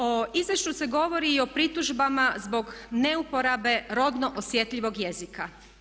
U izvješću se govori i o pritužbama zbog neuporabe rodno osjetljivog jezika.